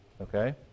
okay